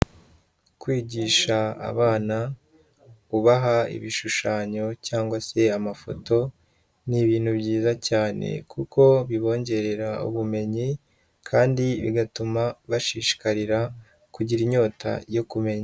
Kwigisha abana, ubaha ibishushanyo cyangwa se amafoto, ni ibintu byiza cyane kuko bibongerera ubumenyi kandi bigatuma bashishikarira kugira inyota yo kumenya.